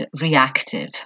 reactive